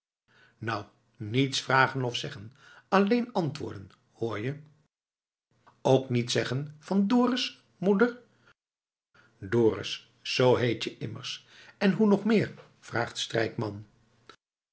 nou niets vragen of zeggen alleen antwoorden hoor je ook niet zeggen van dorus moeder dorus zoo heet je immers en hoe nog meer vraagt strijkman